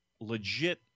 legit